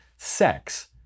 Sex